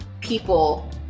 people